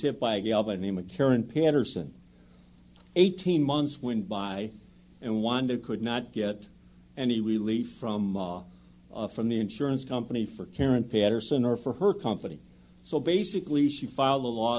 hit by a gal by the name of karen patterson eighteen months went by and wanda could not get any relief from from the insurance company for karen patterson or for her company so basically she filed a law